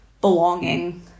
belonging